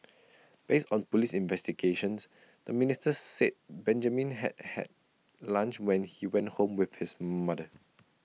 based on Police investigations the minister said Benjamin had had lunch when he went home with his mother